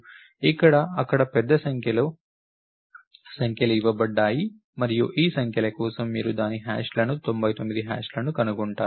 కాబట్టి అక్కడ పెద్ద సంఖ్యలో సంఖ్యలు ఇవ్వబడ్డాయి మరియు ఈ సంఖ్యల కోసం మీరు దాని హ్యాష్లను 99 హ్యాష్లను కనుగొంటారు